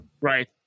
right